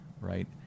right